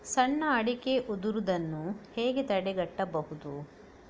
ಸಣ್ಣ ಅಡಿಕೆ ಉದುರುದನ್ನು ಹೇಗೆ ತಡೆಗಟ್ಟಬಹುದು?